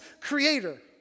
Creator